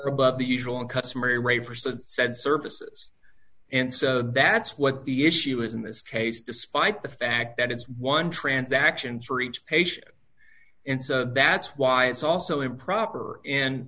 above the usual and customary rate for such said services and so that's what the issue is in this case despite the fact that it's one transaction for each patient and that's why it's also improper and